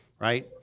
right